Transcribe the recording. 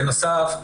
בנוסף,